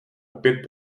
opět